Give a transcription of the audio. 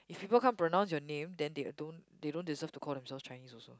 people can't pronounce your name then they don't they don't deserve to call themselves Chinese also